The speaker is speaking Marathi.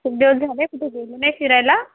खूप दिवस झाले कुठं गेलो नाही फिरायला